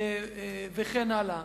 וכן הלאה.